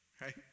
right